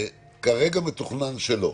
כרגע מתוכנן שלא.